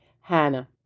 Hannah